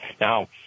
Now